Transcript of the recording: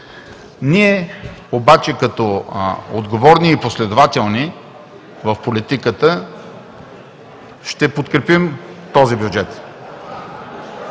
Ние обаче като отговорни и последователни в политиката ще подкрепим този бюджет.